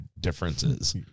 differences